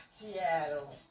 Seattle